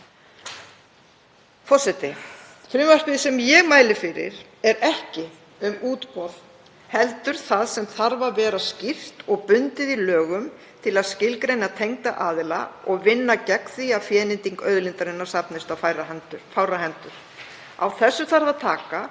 Forseti. Frumvarpið sem ég mæli fyrir er ekki um útboð heldur það sem þarf að vera skýrt og bundið í lögum til að skilgreina tengda aðila og vinna gegn því að fénýting auðlindarinnar safnist á fárra hendur. Á þessu þarf að taka,